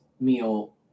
meal